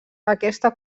aquesta